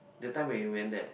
that time when you went there